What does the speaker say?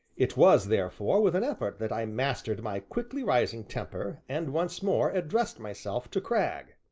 it was, therefore, with an effort that i mastered my quickly rising temper, and once more addressed myself to cragg.